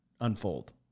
unfold